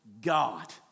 God